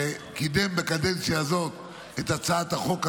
שקידם בקדנציה הזאת את הצעת החוק הזאת,